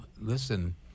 listen